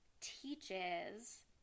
teaches